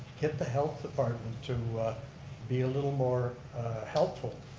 get the health department to be a little more helpful.